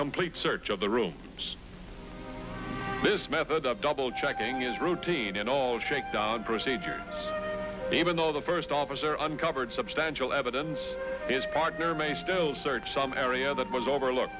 complete search of the room this method of double checking is routine in all shakedown procedures even though the first officer uncovered substantial evidence his partner may still search some area that was overlook